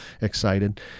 excited